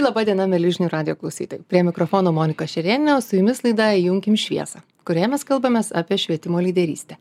laba diena mieli žinių radijo klausytojai prie mikrofono monika šerėnienė o su jumis laida įjunkim šviesą kurioje mes kalbamės apie švietimo lyderystę